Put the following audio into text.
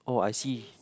oh I see